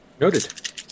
Noted